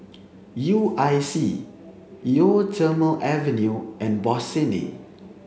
U I C Eau Thermale Avene and Bossini